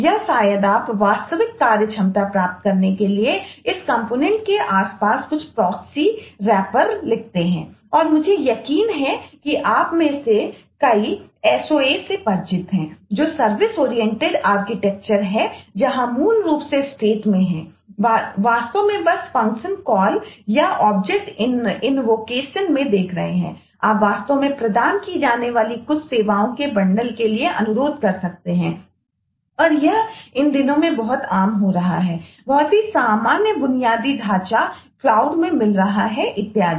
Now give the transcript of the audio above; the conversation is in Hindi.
या सिस्टम के लिए अनुरोध कर सकते हैं और यह इन दिनों बहुत आम हो रहा है बहुत ही सामान्य बुनियादी ढांचा क्लाउड में मिल रहा है इत्यादि